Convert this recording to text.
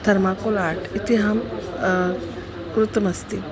thermocol art इति अहं कृतमस्ति